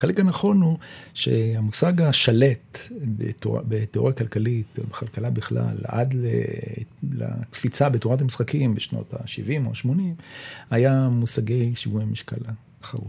חלק הנכון הוא שהמושג השלט בתיאוריה הכלכלית, או בכלכלה בכלל, עד לקפיצה בתורת המשחקים בשנות ה-70 או ה-80, היה מושגי שיווי משקל